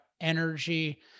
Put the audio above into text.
energy